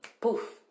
poof